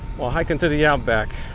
while hiking through the outback,